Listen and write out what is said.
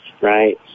right